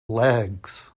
legs